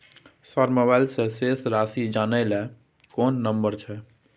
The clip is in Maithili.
सर मोबाइल से शेस राशि जानय ल कोन नंबर छै?